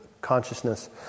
consciousness